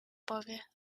powie